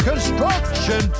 Construction